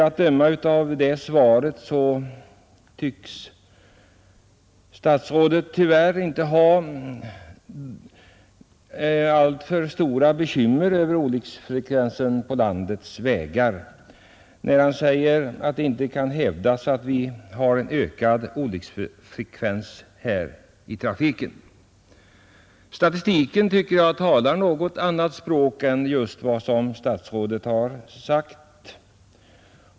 Att döma av svaret torde statsrådet tyvärr inte hysa några alltför stora bekymmer över olycksfrekvensen på landets vägar. Han säger att det inte kan hävdas att vi har en ökad olycksfrekvens i trafiken. Statistiken tycker jag talar ett annat språk än vad statsrådet just har anfört.